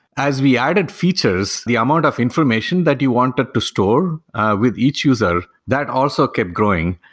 as we added features the amount of information that you wanted to store with each user that also kept growing.